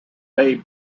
bay